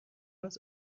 است